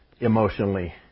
emotionally